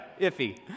iffy